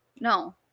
no